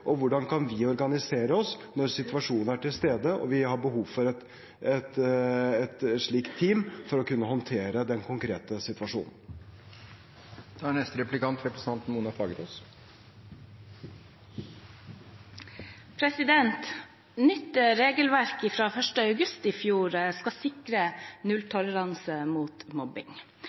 og hvordan de kan organisere seg når de har behov for et slikt team for å kunne håndtere den konkrete situasjonen. Nytt regelverk fra 1. august i fjor skal sikre nulltoleranse mot mobbing.